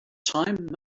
time